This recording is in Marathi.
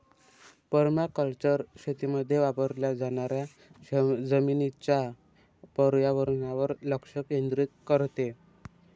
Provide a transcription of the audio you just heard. पर्माकल्चर शेतीमध्ये वापरल्या जाणाऱ्या जमिनीच्या पर्यावरणावर लक्ष केंद्रित करते